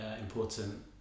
important